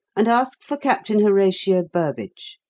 and ask for captain horatio burbage.